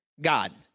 God